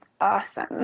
awesome